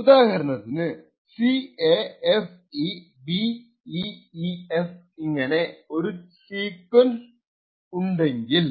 ഉദാഹരണത്തിന് 0xCAFEBEEF ഇങ്ങനെ ഒരു സീക്വൻസ് അണെങ്കിൽ